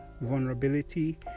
vulnerability